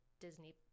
Disney+